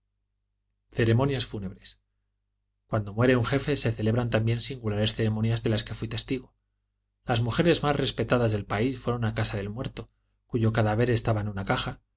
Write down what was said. fúnebres cuando muere un jefe se celebran también singulares ceremonias de las que fui testigo las mujeres más respetadas del país fueron a casa del muerto cuyo cadáver estaba en una caja